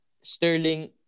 Sterling